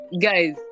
guys